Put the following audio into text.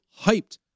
hyped